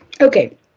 Okay